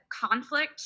conflict